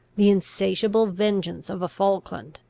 the insatiable vengeance of a falkland,